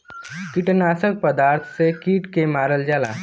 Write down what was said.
कीटनाशक पदार्थ से के कीट के मारल जाला